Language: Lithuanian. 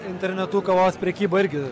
internetu kavos prekyba irgi